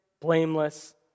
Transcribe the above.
blameless